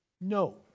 no